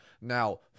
Now